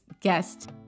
guest